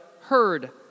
heard